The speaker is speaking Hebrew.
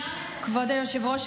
כבוד היושב-ראש,